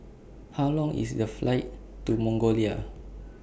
How Long IS The Flight to Mongolia